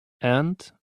and